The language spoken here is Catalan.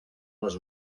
les